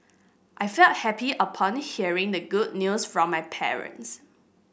I felt happy upon hearing the good news from my parents